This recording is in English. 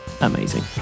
amazing